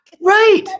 Right